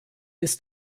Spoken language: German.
ist